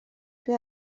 dwi